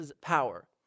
power